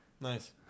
nice